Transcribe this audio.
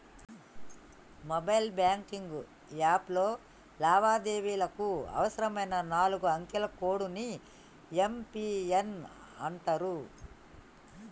mobile banking యాప్లో లావాదేవీలకు అవసరమైన నాలుగు అంకెల కోడ్ ని యం.పి.ఎన్ అంటరు